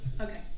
okay